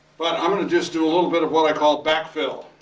but i'm gonna just do a little bit of what i call back fill.